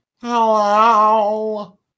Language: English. Hello